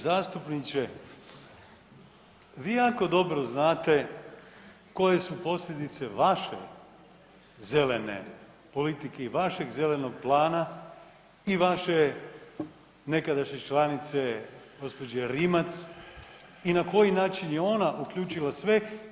Uvaženi zastupniče, vi jako dobro znate koje su posljedice vaše zelene politike i vašeg zelenog plana i vaše nekadašnje članice gospođe Rimac i na koji način je ona uključila sve.